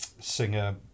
singer